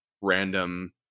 random